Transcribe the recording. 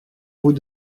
vous